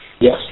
Yes